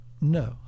no